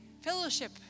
fellowship